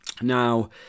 now